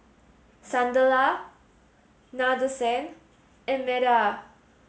Sunderlal Nadesan and Medha